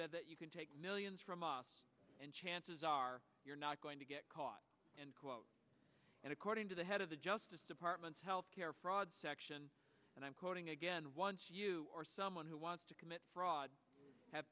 bet that you can take millions from us and chances are you're not going to get caught and according to the head of the justice department's health care fraud section and i'm quoting again once you or someone who wants to commit fraud have